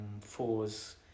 fours